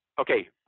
Okay